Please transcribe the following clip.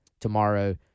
tomorrow